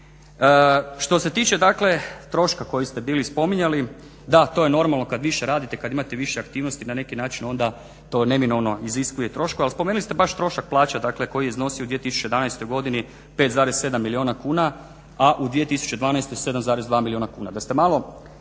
Što se tiče dakle troška koji ste bili spominjali. Da, to je normalno kad više radite, kad imate više aktivnosti na neki način onda to neminovno iziskuje troškove. Ali spomenuli ste baš trošak plaća, dakle koji je iznosio u 2011. godini 5,7 milijuna kuna, a u 2012. 7,2 milijuna kuna. Da ste malo